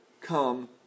come